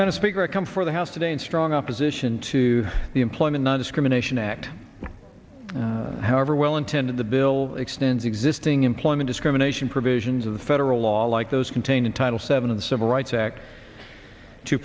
when a speaker come for the house today in strong opposition to the employment nondiscrimination act however well intended the bill extends existing employment discrimination provisions of the federal law like those contained in title seven of the civil rights act to